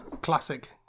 classic